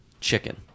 chicken